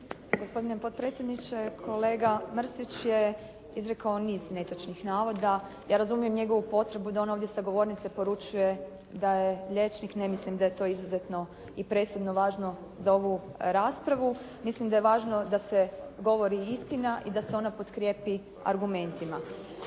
Gospodine potpredsjedniče, kolega Mrsić je izrekao niz netočnih navoda. Ja razumijem njegovu potrebu da on ovdje sa govornice poručuje da je liječnik. Ne mislim da je to izuzetno i presudno važno za ovu raspravu. Mislim da je važno da se govori istina i da se ona podkrijepi argumentima.